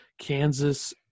Kansas